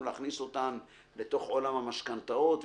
להכניס אותן אל תוך עולם המשכנתאות.